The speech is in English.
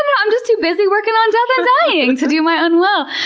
i'm just too busy working on death and dying to do my own will.